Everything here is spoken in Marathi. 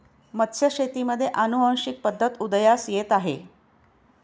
मत्स्यशेतीमध्ये अनुवांशिक पद्धत उदयास येत आहे